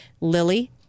Lily